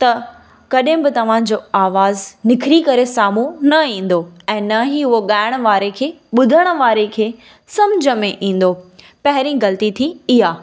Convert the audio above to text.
त कॾहिं बि तव्हांजो आवाज़ निखिरी करे साम्हूं न ईंदो ऐं न ई उहो ॻाएण वारे खे ॿुधण वारे खे सम्झि में ईंदो पहिरीं ग़लिती थी इहा